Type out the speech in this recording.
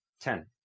Ten